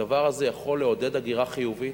הדבר הזה יכול לעודד הגירה חיובית,